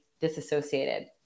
disassociated